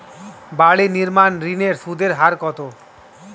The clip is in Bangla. বাড়ি নির্মাণ ঋণের সুদের হার কত?